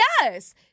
yes